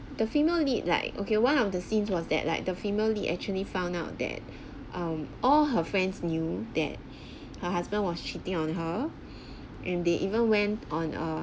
the female lead like okay one of the scenes was that like the female lead actually found out that um all her friends knew that her husband was cheating on her and they even went on a